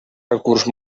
recurs